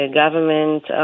government